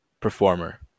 performer